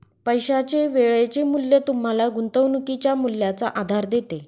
पैशाचे वेळेचे मूल्य तुम्हाला गुंतवणुकीच्या मूल्याचा आधार देते